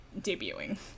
debuting